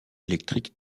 électrique